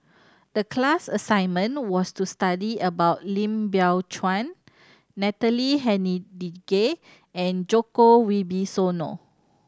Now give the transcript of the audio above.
the class assignment was to study about Lim Biow Chuan Natalie Hennedige and Joko Wibisono